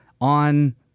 on